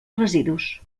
residus